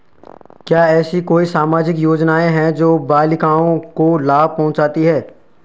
क्या ऐसी कोई सामाजिक योजनाएँ हैं जो बालिकाओं को लाभ पहुँचाती हैं?